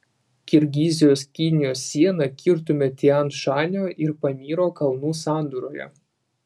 kirgizijos kinijos sieną kirtome tian šanio ir pamyro kalnų sandūroje